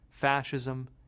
fascism